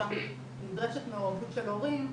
ששם נדרשת מעורבות של הורים,